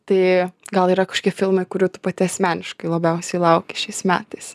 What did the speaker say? tai gal yra kažkokie filmai kurių tu pati asmeniškai labiausiai lauki šiais metais